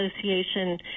Association